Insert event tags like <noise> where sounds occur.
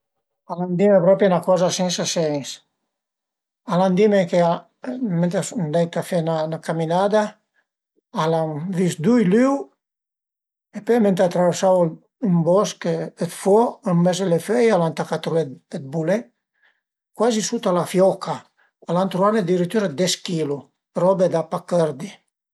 Alura vadu sü ün sito Internet, vadu vëddi tüte le aplicasiun ch'a i sun, cercu cula che l'ai da manca, pöi dopu la devu dëscarié ën sima a me telefono <hesitation> e cuand l'ai bütala sël telefono vadu pöi a verifiché se tüt lon, ël procediment che l'ai fait a funsiun-a